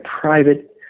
private